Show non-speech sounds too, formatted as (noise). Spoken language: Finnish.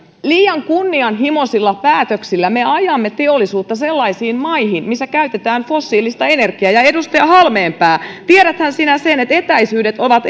liian kunnianhimoisilla päätöksillä me ajamme teollisuutta sellaisiin maihin missä käytetään fossiilista energiaa ja edustaja halmeenpää tiedäthän sinä sen että etäisyydet ovat (unintelligible)